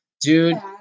Dude